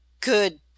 Good